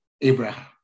Abraham